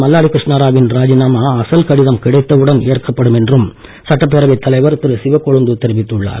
மல்லாடி கிருஷ்னாராவ் வின் ராஜினாமா அசல் கடிதம் கிடைத்த உடன் ஏற்கப்படும் என்றும் பேரவை தலைவர் சிவக்கொழுந்து தெரிவித்துள்ளார்